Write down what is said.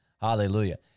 Hallelujah